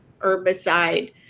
herbicide